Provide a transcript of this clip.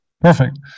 Perfect